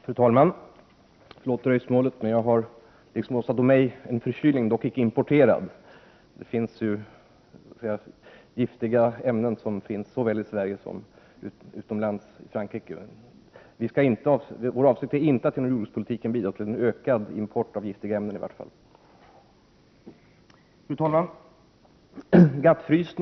Fru talman! Jag har liksom Åsa Domeij en förkylning, dock icke importerad. Man kan ju drabbas av skadliga inflytelser både i Sverige och utomlands, som t.ex. i Frankrike. Vår avsikt är dock i varje fall inte att genom jordbrukspolitiken bidra till en ökad import av giftiga ämnen. Fru talman!